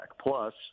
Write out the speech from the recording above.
Plus